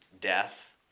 death